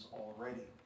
already